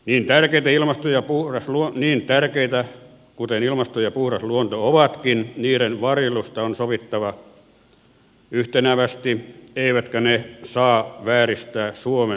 i tärkeitä ilmasto ja puhdas niin tärkeitä kuin ilmasto ja puhdas luonto ovatkin niiden varjelusta on sovittava yhtenevästi eivätkä ne saa vääristää suomen markkinoita